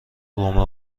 رومئو